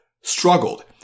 struggled